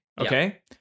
Okay